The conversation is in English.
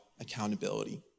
accountability